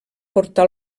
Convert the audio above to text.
portar